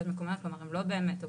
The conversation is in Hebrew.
העובדים.